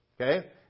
Okay